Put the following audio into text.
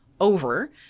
over